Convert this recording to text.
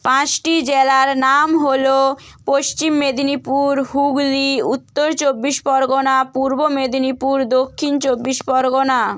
পাঁচটি জেলার নাম হলো পশ্চিম মেদিনীপুর হুগলি উত্তর চব্বিশ পরগনা পূর্ব মেদিনীপুর দক্ষিণ চব্বিশ পরগনা